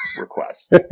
request